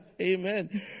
Amen